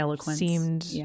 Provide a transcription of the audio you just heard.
seemed